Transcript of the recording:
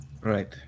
Right